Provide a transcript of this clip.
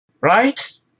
Right